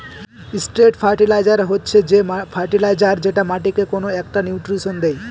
straight fertilizer হচ্ছে যে fertilizer যেটা মাটিকে কোনো একটা নিউট্রিশন দেয়